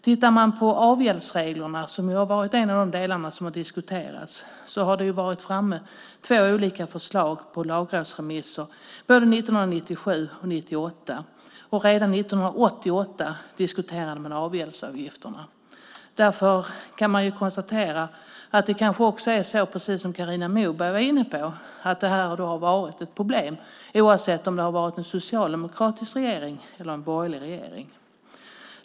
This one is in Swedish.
När det gäller avgäldsreglerna, som ju har varit en av de delar som har diskuterats, har det tagits fram två olika förslag på lagrådsremisser både 1997 och 1998. Och redan 1988 diskuterades avgäldsavgifterna. Därför kan man konstatera att det kanske är precis så som Carina Moberg var inne på, att det här har varit ett problem oavsett om det har varit en socialdemokratisk regering eller en borgerlig regering.